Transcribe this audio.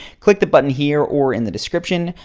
click the button here or in the description,